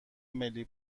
ملی